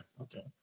Okay